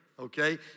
Okay